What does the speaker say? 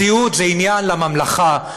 סיעוד זה עניין לממלכה,